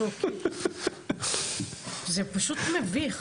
פשוט מביך.